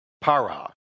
Para